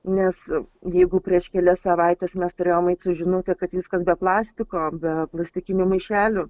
nes jeigu prieš kelias savaites mes turėjom eit su žinute kad viskas be plastiko be plastikinių maišelių